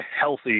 healthy